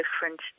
different